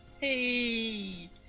Hey